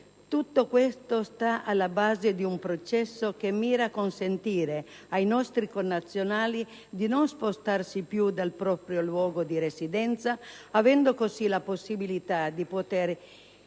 tutto questo sta alla base di un progetto che mira a consentire ai nostri connazionali di non spostarsi più dal proprio luogo di residenza, avendo così la possibilità di poter